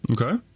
Okay